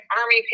army